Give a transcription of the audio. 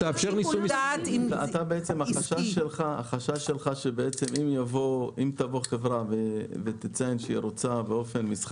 החשש שלך הוא שאם תבוא חברה מסחרית,